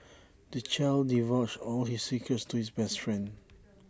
the child divulged all his secrets to his best friend